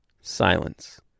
Silence